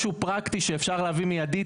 משהו פרקטי שאפשר להביא מיידית.